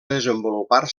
desenvolupar